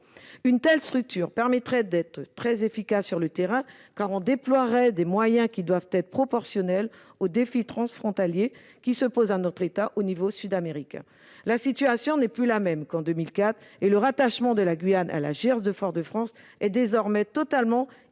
Une telle structure permettrait d'être très efficace sur le terrain, car on déploierait des moyens qui doivent être proportionnels aux défis transfrontaliers qui se posent à notre État au niveau sud-américain. La situation n'est plus la même qu'en 2004. Le rattachement de la Guyane à la JIRS de Fort-de-France est donc désormais totalement inadapté